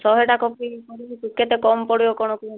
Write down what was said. ଶହେଟା କପି କେତେ କମ୍ ପଡ଼ିବ କ'ଣ କୁହନ୍ତୁ